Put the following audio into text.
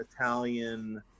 Italian